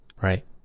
Right